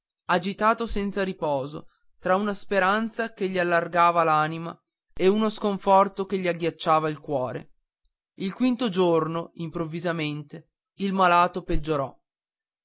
agitato senza riposo tra una speranza che gli allargava l'anima e uno sconforto che gli agghiacciava il cuore il quinto giorno improvvisamente il malato peggiorò